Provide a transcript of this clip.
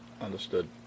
Understood